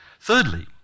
Thirdly